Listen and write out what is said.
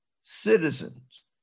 citizens